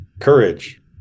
courage